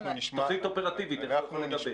תוכנית אופרטיבית, איך הוא יכול לגבש?